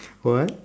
for what